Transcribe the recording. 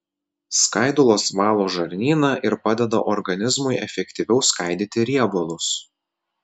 skaidulos valo žarnyną ir padeda organizmui efektyviau skaidyti riebalus